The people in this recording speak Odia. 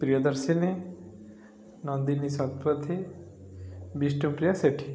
ପ୍ରିୟଦର୍ଶିନୀ ନନ୍ଦିନୀ ଶତପଥୀ ବିଷ୍ଣୁପ୍ରିୟା ସେଠୀ